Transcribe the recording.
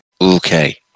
Okay